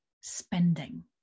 spending